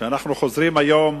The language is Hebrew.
כשאנחנו חוזרים היום